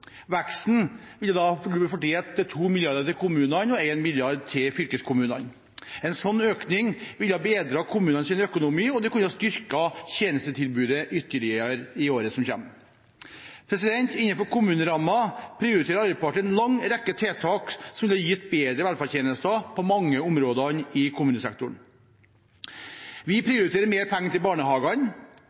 Veksten ville da blitt fordelt med 2 mrd. kr til kommunene og 1 mrd. kr til fylkeskommunene. En slik økning ville ha bedret kommunenes økonomi, og det kunne ha styrket tjenestetilbudet ytterligere i året som kommer. Innenfor kommunerammen prioriterer Arbeiderpartiet en lang rekke tiltak som ville gitt bedre velferdstjenester på mange av områdene i kommunesektoren. Vi prioriterer mer penger til barnehagene.